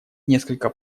несколько